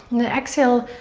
then exhale.